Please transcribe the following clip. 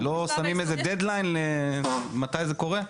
לא שמים איזה דד ליין מתי זה קורה?